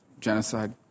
genocide